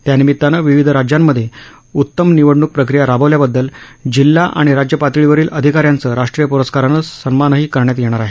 त्यानिमितानं विविध राज्यांमध्ये उत्तम निवडणूक प्रक्रीया राबवल्याबद्दल जिल्हा आणि राज्यपातळीवरील अधिकाऱ्यांचं राष्ट्रीय प्रस्कारानं सन्मानही करण्यात येणार आहे